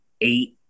eight